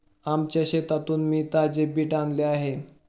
आमच्या शेतातून मी ताजे बीट आणले आहे